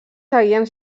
seguien